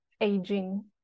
aging